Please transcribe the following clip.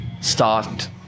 start